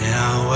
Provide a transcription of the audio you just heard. Now